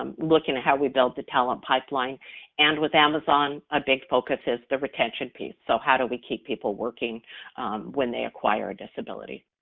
um looking at how we built the talent pipeline and with amazon, a big focus is the retention piece, so how do we keep people working when they acquire a disability?